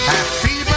Happy